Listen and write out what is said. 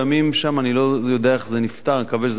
אני לא יודע איך זה נפתר, נקווה שזה מאחורינו.